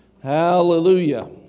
Hallelujah